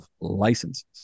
licenses